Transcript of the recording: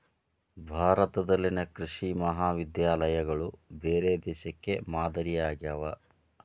ಭಾರತದಲ್ಲಿನ ಕೃಷಿ ಮಹಾವಿದ್ಯಾಲಯಗಳು ಬೇರೆ ದೇಶಕ್ಕೆ ಮಾದರಿ ಆಗ್ಯಾವ